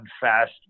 fast